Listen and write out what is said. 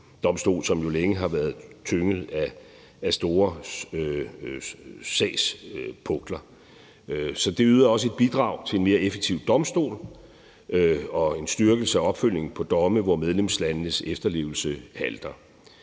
som jo længe har været tynget af store sagspukler. Så det yder også et bidrag til en mere effektiv domstol og en styrkelse af opfølgning på domme, hvor medlemslandenes efterlevelse halter.